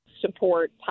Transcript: support